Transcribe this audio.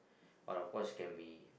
but of course it can be